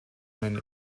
many